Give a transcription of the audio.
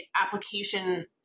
application